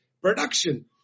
production